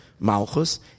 Malchus